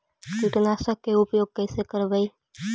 कीटनाशक के उपयोग कैसे करबइ?